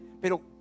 Pero